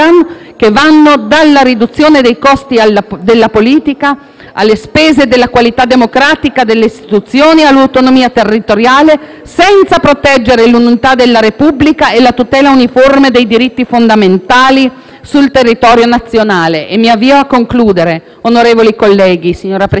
senza proteggere l'unità della Repubblica e la tutela uniforme dei diritti fondamentali sul territorio nazionale. Signor Presidente, onorevoli colleghi, siamo contrari a questo modo di procedere che troviamo pericoloso e superficiale rispetto ai valori in gioco. Siamo determinati, nel caso